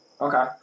Okay